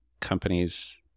companies